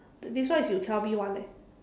this one is you tell me [one] leh